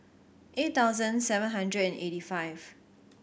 eight thousand seven hundred and eighty five